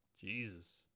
Jesus